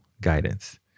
guidance